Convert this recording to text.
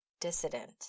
dissident